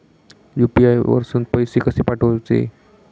UPI वरसून पैसे कसे पाठवचे?